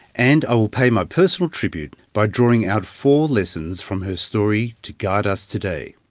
and i will pay my personal tribute by drawing out four lessons from her story to guide us today.